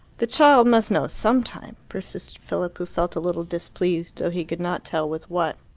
the child must know some time, persisted philip, who felt a little displeased, though he could not tell with what.